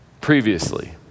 previously